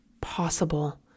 possible